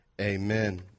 amen